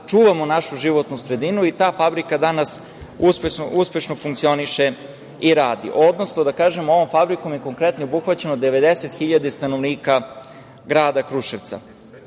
čuvamo našu životnu sredinu i ta fabrika danas uspešno funkcioniše i radi. Odnosno, da kažem, ovom fabrikom je konkretno obuhvaćeno 90.000 stanovnika grada Kruševca. Takođe,